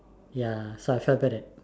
ya so I felt bad that